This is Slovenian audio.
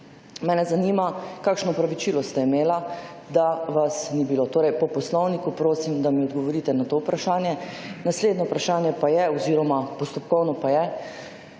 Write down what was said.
Mene zanima, kakšno opravičilo ste imela, da vas ni bilo. Torej po Poslovniku prosim, da mi odgovorite na to vprašanje. Naslednje vprašanje pa je oziroma postopkovno pa je,